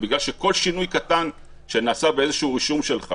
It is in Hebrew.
ובגלל שכל שינוי קטן שנעשה באיזשהו רישום שלך